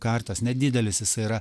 karitas nedidelis jisai yra